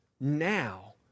Now